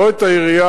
לא את העירייה,